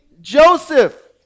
Joseph